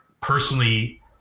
personally